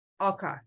Okay